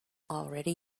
already